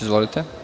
Izvolite.